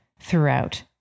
throughout